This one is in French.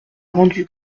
rendu